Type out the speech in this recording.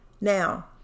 Now